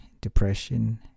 depression